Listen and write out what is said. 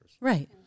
Right